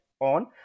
on